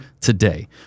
today